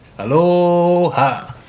Aloha